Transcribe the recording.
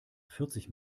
vierzig